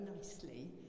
nicely